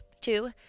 Two